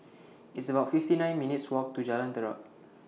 It's about fifty nine minutes' Walk to Jalan Terap